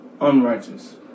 unrighteous